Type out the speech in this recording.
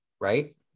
Right